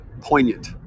poignant